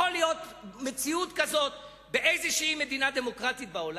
יכולה להיות מציאות כזו במדינה דמוקרטית כלשהי בעולם?